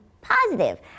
positive